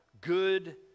good